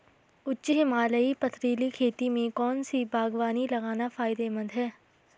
उच्च हिमालयी पथरीली खेती में कौन सी बागवानी लगाना फायदेमंद है?